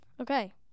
Okay